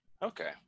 Okay